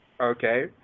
okay